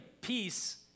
peace